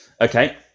Okay